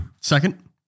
Second